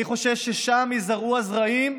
אני חושש ששם ייזרעו הזרעים,